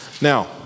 Now